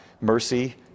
mercy